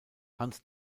hans